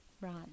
Right